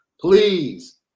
Please